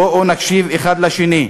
בואו נקשיב אחד לשני,